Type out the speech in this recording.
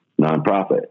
nonprofit